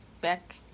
back